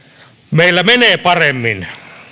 meillä menee paremmin